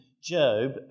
Job